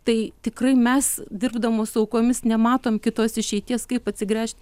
tai tikrai mes dirbdamos aukomis nematom kitos išeities kaip atsigręžt